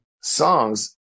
songs